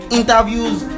interviews